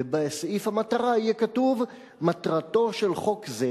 ובסעיף המטרה יהיה כתוב: מטרתו של חוק זה